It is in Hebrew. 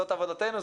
זאת עבודתנו,